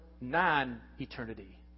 non-eternity